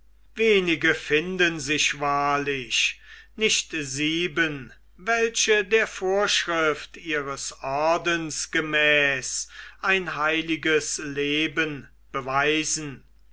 wenige finden sich wahrlich nicht sieben welche der vorschrift ihres ordens gemäß ein heiliges leben beweisen